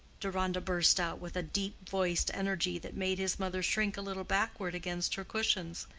deronda burst out with a deep-voiced energy that made his mother shrink a little backward against her cushions.